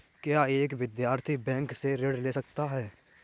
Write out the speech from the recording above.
क्या एक विद्यार्थी बैंक से ऋण ले सकता है?